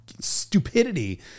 stupidity